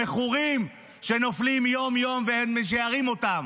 למכורים שנופלים יום-יום ואין מי שירים אותם.